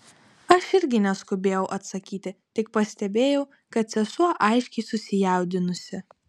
aš irgi neskubėjau atsakyti tik pastebėjau kad sesuo aiškiai susijaudinusi